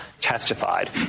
testified